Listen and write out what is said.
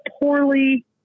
poorly